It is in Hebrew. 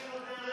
יש לו דרך ארץ.